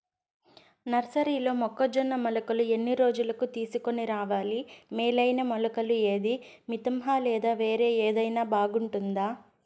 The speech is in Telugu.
నర్సరీలో మొక్కజొన్న మొలకలు ఎన్ని రోజులకు తీసుకొని రావాలి మేలైన మొలకలు ఏదీ? మితంహ లేదా వేరే ఏదైనా బాగుంటుందా?